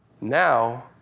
now